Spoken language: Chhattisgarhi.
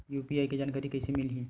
यू.पी.आई के जानकारी कइसे मिलही?